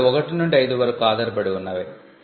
కాబట్టి 1 నుండి 5 వరకు ఆధారపడి ఉన్నవే